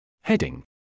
Heading